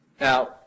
Now